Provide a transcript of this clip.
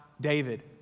David